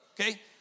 okay